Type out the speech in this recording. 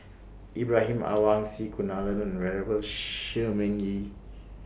Ibrahim Awang C Kunalan and Venerable Shi Ming Yi